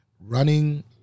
running